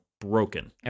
broken